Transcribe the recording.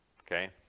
Okay